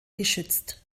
geschützt